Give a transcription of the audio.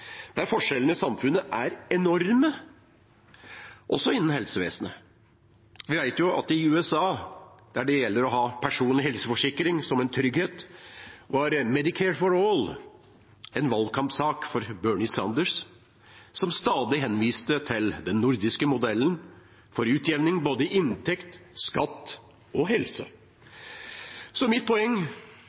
der forskjellene i samfunnet er enorme, også innen helsevesenet. Vi vet at i USA – der det gjelder å ha personlig helseforsikring som en trygghet – var «Medicare for All» en valgkampsak for Bernie Sanders, som stadig henviste til den nordiske modellen for utjevning i både inntekt, skatt og helse. Mitt poeng